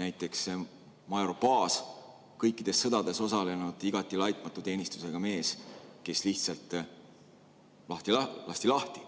Näiteks major Paas, kõikides sõdades osalenud, igati laitmatu teenistusega mees, lihtsalt lasti lahti.